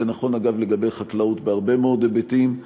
זה נכון, אגב, לגבי חקלאות בהרבה מאוד היבטים.